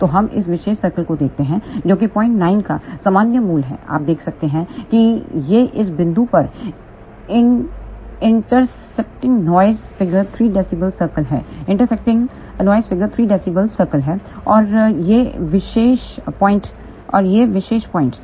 तो हम इस विशेष सर्कल को देखते हैं जो कि 09 का सामान्य मूल्य है आप देख सकते हैं कि यह इस पॉइंट पर intercepting noise figure 3 db circle है और यह विशेष पॉइंट ठीक है